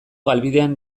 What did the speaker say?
galbidean